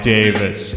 Davis